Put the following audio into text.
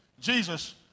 Jesus